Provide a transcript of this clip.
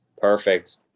Perfect